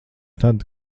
tad